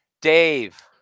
dave